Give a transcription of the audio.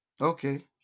Okay